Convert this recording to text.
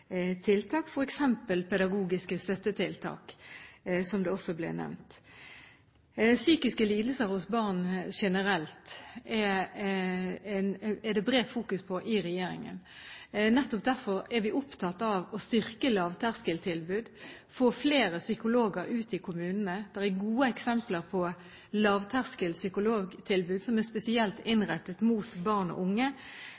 tiltak, f.eks. pedagogiske støttetiltak, som også ble nevnt. Psykiske lidelser hos barn generelt er det bredt fokus på i regjeringen. Nettopp derfor er vi opptatt av å styrke lavterskeltilbud og få flere psykologer ut i kommunene. Det er gode eksempler på lavterskel psykologtilbud som er spesielt